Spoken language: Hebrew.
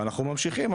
ואנחנו ממשיכים,